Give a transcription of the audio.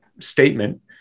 statement